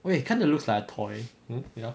wait kind of look like a toy hmm ya